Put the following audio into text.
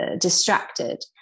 distracted